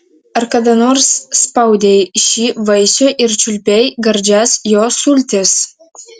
ar kada nors spaudei šį vaisių ir čiulpei gardžias jo sultis